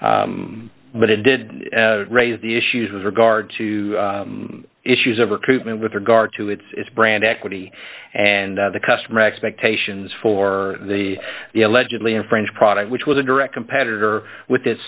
but it did raise the issues with regard to issues of recruitment with regard to its brand equity and the customer expectations for the the allegedly in french product which was a direct competitor with